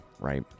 right